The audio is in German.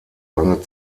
lange